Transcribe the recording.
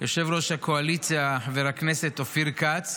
יושב-ראש הקואליציה חבר הכנסת אופיר כץ,